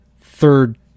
third